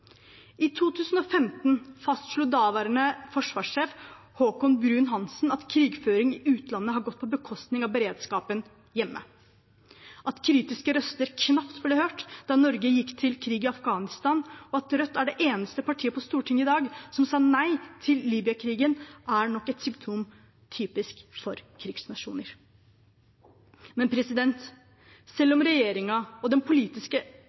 I 2015 fastslo daværende forsvarssjef Haakon Bruun-Hanssen at krigføring i utlandet har gått på bekostning av beredskapen hjemme. At kritiske røster knapt ble hørt da Norge gikk til krig i Afghanistan, og at Rødt er det eneste partiet på Stortinget i dag som sa nei til Libya-krigen, er nok et symptom typisk for krigsnasjoner. Selv om regjeringen og den politiske